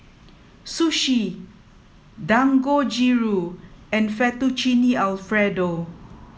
Sushi Dangojiru and Fettuccine Alfredo